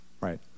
right